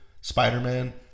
Spider-Man